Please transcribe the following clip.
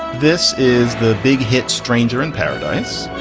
this is the big hit stranger in paradise.